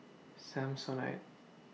Samsonite